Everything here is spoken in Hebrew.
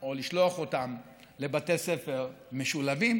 או לשלוח אותם לבתי ספר משולבים,